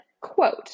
quote